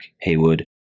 Haywood